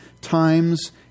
times